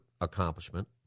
accomplishment